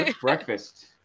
Breakfast